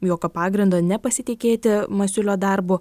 jokio pagrindo nepasitikėti masiulio darbu